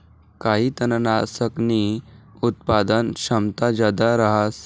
काही तननाशकसनी उत्पादन क्षमता जादा रहास